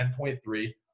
10.3